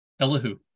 Elihu